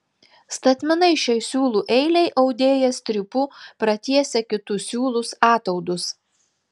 statmenai šiai siūlų eilei audėjas strypu pratiesia kitus siūlus ataudus